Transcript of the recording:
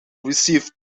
received